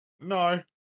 No